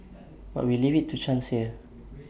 but we leave IT to chance here